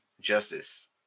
Justice